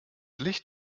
licht